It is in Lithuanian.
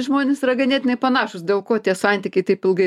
žmonės yra ganėtinai panašūs dėl ko tie santykiai taip ilgai